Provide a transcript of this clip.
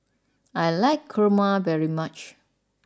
I like Kurma very much